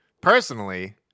personally